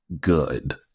good